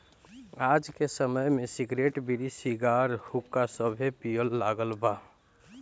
आज के समय में सिगरेट, बीड़ी, सिगार, हुक्का सभे पिए लागल बा